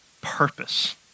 purpose